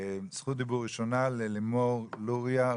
זכות דיבור ראשונה ללימור לוריא,